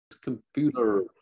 Computer